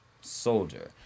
soldier